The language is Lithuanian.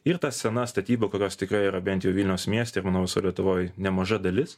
ir ta sena statyba kurios tikrai yra bent jau vilniaus mieste ir manau visoj lietuvoj nemaža dalis